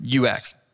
UX